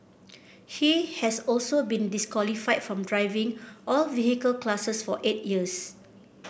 he has also been disqualified from driving all vehicle classes for eight years